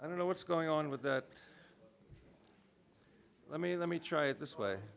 i don't know what's going on with that let me let me try it this way